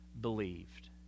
believed